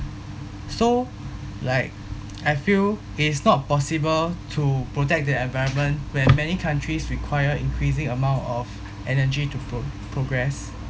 so like I feel it's not possible to protect the environment when many countries require increasing amount of energy to pro~ progress